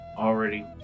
Already